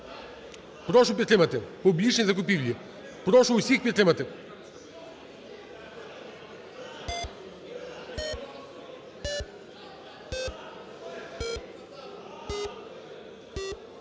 Прошу підтримати публічні закупівлі. Прошу усіх підтримати.